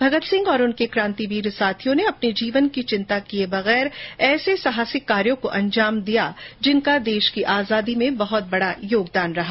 भगतसिंह और उनके क्रांतिवीर साथियों ने अपने जीवन की चिंता किये बगैर ऐसे साहसिक कार्यो को अंजाम दिया जिनका देश की आजादी में बहुत बड़ा योगदान रहा